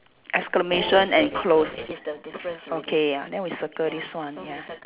exclamation and close okay ya then we circle this one ya